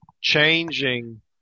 changing